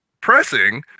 pressing